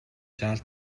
жаал